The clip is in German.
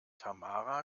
tamara